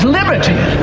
liberty